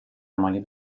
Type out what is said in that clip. مالی